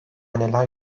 neler